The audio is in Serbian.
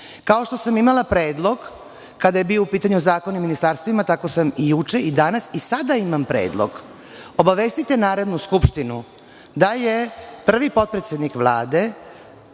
što sam imala predlog kada je bio u pitanju Zakon o ministarstvima, tako sam i juče i danas i sada imam predlog. Obavestite Narodnu skupštinu da je prvi potpredsednik Vlade